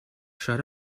shut